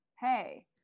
hey